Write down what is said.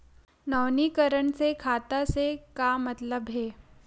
नवीनीकरण से खाता से का मतलब हे?